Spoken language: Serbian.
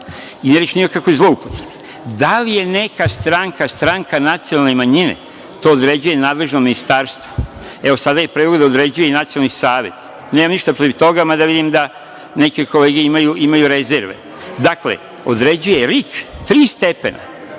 I nije reč ni o kakvoj zloupotrebi. Da li je neka stranka stranka nacionalne manjine, to određuje nadležno ministarstvo. Evo, sada je predlog i da određuje Nacionalni savet. Nemam ništa protiv toga, mada vidim da neke kolege imaju rezerve. Dakle, određuje RIK, tri stepena,